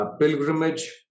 pilgrimage